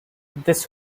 this